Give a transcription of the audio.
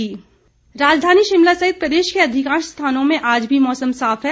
मौसम राजधानी शिमला सहित प्रदेश के अधिकांश स्थानों में आज भी मौसम साफ है